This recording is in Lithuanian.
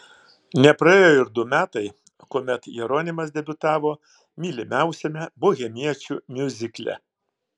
nepraėjo ir du metai kuomet jeronimas debiutavo mylimiausiame bohemiečių miuzikle